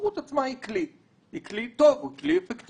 התחרות עצמה היא כלי טוב, היא כלי אפקטיבי.